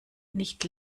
nicht